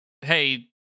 hey